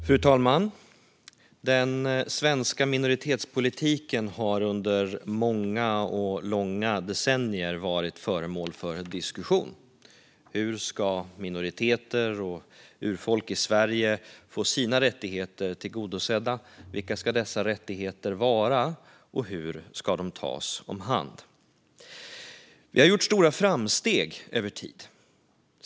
Fru talman! Den svenska minoritetspolitiken har under många och långa decennier varit föremål för diskussion: Hur ska minoriteter och urfolk i Sverige få sina rättigheter tillgodosedda? Vilka ska dessa rättigheter vara? Och hur ska de tas om hand? Vi har gjort stora framsteg över tid.